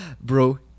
Bro